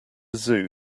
zoo